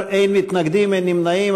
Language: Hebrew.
11 בעד, אין מתנגדים, אין נמנעים.